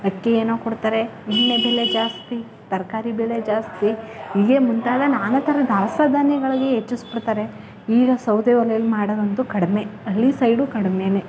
ಅಕ್ಕಿ ಏನೋ ಕೊಡ್ತಾರೆ ಎಣ್ಣೆ ಬೆಲೆ ಜಾಸ್ತಿ ತರಕಾರಿ ಬೆಲೆ ಜಾಸ್ತಿ ಹೀಗೆ ಮುಂತಾದ ನಾನಾ ಥರ ದವಸ ಧಾನ್ಯಗಳ್ಗೆ ಹೆಚ್ಚಿಸ್ಬಿಡ್ತಾರೆ ಈಗ ಸೌದೆ ಒಲೆಯಲ್ಲಿ ಮಾಡೋದಂತು ಕಡಿಮೆ ಹಳ್ಳಿ ಸೈಡು ಕಡಿಮೆನೆ